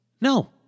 No